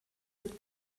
mit